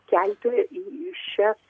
kelti į šias